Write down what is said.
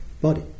body